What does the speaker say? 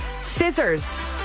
Scissors